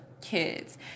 kids